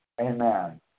amen